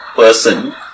person